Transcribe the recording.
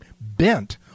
bent